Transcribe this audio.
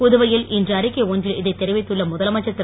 புதுவையில் இன்று அறிக்கை ஒன்றில் இதை தெரிவித்துள்ள முதலமைச்சர் திரு